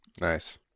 Nice